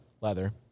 Leather